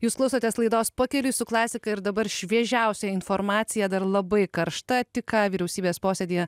jūs klausotės laidos pakeliui su klasika ir dabar šviežiausia informacija dar labai karšta tik ką vyriausybės posėdyje